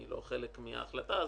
אני לא חלק מההחלטה הזאת.